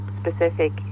specific